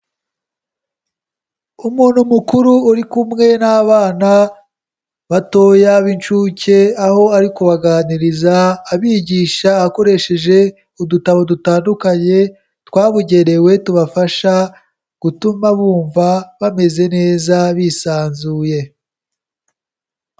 Umuntu mukuru uri kumwe n'abana batoya b'inshuke, aho ari kubaganiriza abigisha akoresheje udutabo dutandukanye twabugenewe, tubafasha gutuma bumva bameze neza bisanzuye.